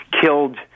killed